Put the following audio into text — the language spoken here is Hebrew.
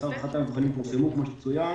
השר חתם, המבחנים פורסמו כמו שצוין.